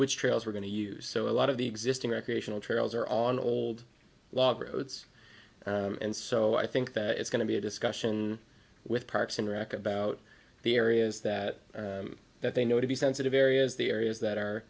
which trails we're going to use so a lot of the existing recreational trails are on old log roads and so i think that it's going to be a discussion with parks and rec about the areas that they know to be sensitive areas the areas that